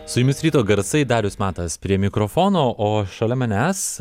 su jumis ryto garsai darius matas prie mikrofono o šalia manęs